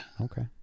Okay